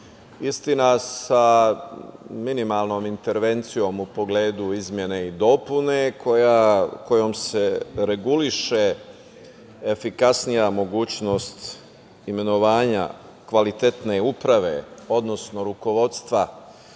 istina sa minimalnom intervencijom u pogledu izmena i dopuna kojom se reguliše efikasnija mogućnost imenovanja kvalitetnije uprave, odnosno rukovodstva